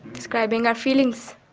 describing our feelings.